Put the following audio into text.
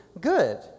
good